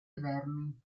vermi